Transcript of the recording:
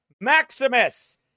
Maximus